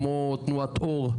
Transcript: כמו תנועת אור,